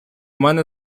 мене